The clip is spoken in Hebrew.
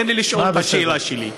תן לי לשאול את השאלה שלי.